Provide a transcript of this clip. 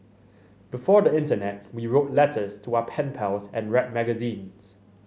before the internet we wrote letters to our pen pals and read magazines